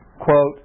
quote